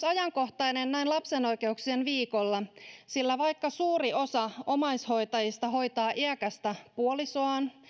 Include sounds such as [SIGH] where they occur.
[UNINTELLIGIBLE] ajankohtainen myös näin lapsen oikeuksien viikolla sillä vaikka suuri osa omaishoitajista hoitaa iäkästä puolisoaan